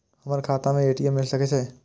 हमर खाता में ए.टी.एम मिल सके छै?